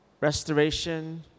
restoration